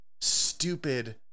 stupid